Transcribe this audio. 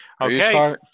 Okay